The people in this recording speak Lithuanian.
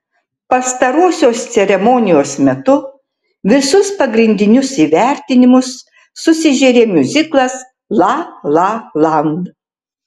pastarosios ceremonijos metu visus pagrindinius įvertinimus susižėrė miuziklas la la land